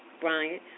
Brian